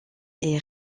est